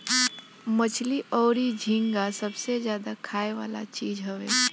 मछली अउरी झींगा सबसे ज्यादा खाए वाला चीज हवे